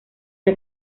una